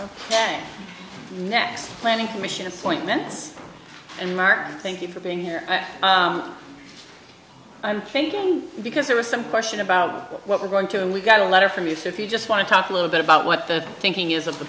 exactly next planning commission appointments and martin thank you for being here i'm thinking because there was some question about what we're going to and we got a letter from you so if you just want to talk a little bit about what the thinking is of the